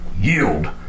yield